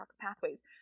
pathways